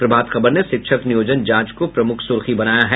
प्रभात खबर ने शिक्षक नियोजन जांच को प्रमुख सुर्खी बनाया है